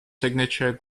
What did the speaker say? signature